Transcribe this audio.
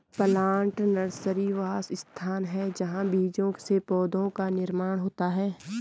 plant nursery वह स्थान है जहां बीजों से पौधों का निर्माण होता है